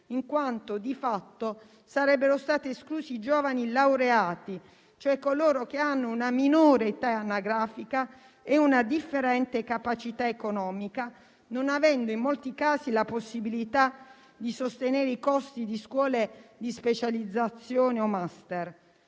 in quanto di fatto sarebbero stati esclusi i giovani laureati, cioè coloro che hanno una minore età anagrafica e una differente capacità economica, non avendo, in molti casi, la possibilità di sostenere i costi di scuole di specializzazione o master: